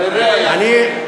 אתה יודע את זה.